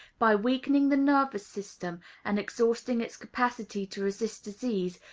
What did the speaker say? by weakening the nervous system and exhausting its capacity to resist disease,